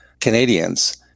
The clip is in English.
Canadians